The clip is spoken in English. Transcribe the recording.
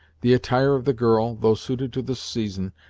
the attire of the girl, though suited to the season,